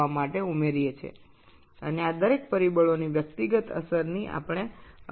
এবং এই কারণগুলির প্রত্যেকটির পৃথক প্রভাব আমরা পূর্ববর্তী অধ্যায় আলোচনা করেছি